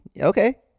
okay